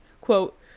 quote